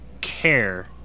care